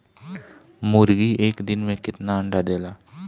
मुर्गी एक दिन मे कितना अंडा देला?